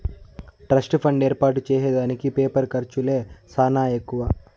trust fund ఏర్పాటు చేసే దానికి పేపరు ఖర్చులే సానా ఎక్కువ